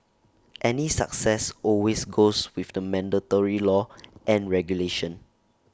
any success always goes with the mandatory law and regulation